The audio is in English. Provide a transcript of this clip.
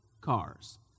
cars